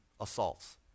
assaults